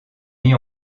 mis